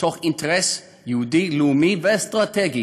מתוך אינטרס יהודי לאומי ואסטרטגי,